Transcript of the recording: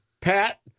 Pat